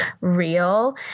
real